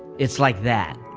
it's like that.